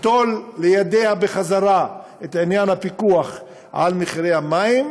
תיטול לידיה בחזרה את עניין הפיקוח על מחירי המים.